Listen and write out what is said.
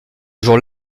jour